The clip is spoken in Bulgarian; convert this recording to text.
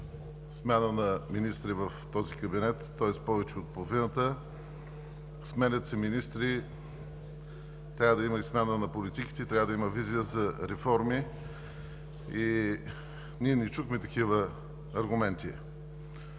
смяна на министри в този кабинет, тоест повече от половината. Сменят се министри, но трябва да има и смяна на политиките, трябва да има и визия за реформи. Ние не чухме такива аргументи.